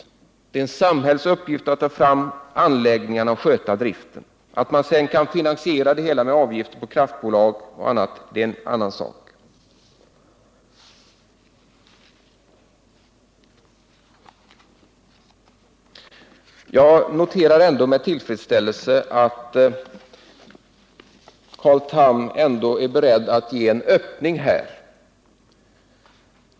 Det är samhällets uppgift att ta fram anläggningarna och sköta driften. Att man sedan kan finansiera det hela med avgifter för kraftbolag och andra är en annan sak. Jag noterar med tillfredsställelse att Carl Tham ändå är beredd att ge en öppning här.